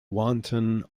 wanton